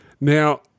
Now